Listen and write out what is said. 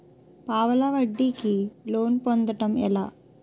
పావలా వడ్డీ కి లోన్ పొందటం ఎలా?